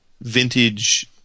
vintage